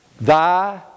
Thy